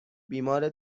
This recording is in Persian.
بیمار